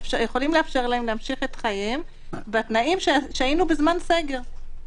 יכולים לאפשר להם להמשיך את חייהם בתנאים שהיינו בזמן סגר.